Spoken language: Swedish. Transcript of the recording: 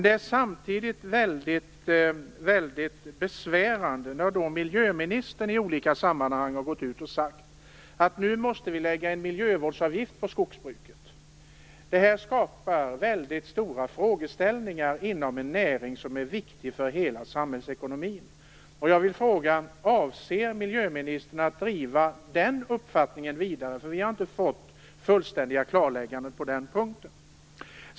Det är samtidigt väldigt besvärande att miljöministern i olika sammanhang har sagt att vi nu måste lägga en miljövårdsavgift på skogsbruket. Detta skapar väldigt stora frågeställningar inom en näring som är viktig för hela samhällsekonomin. Jag vill fråga om miljöministern avser att driva denna uppfattning vidare, eftersom vi har inte fått fullständiga klarlägganden på den punkten.